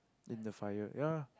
in the fire ya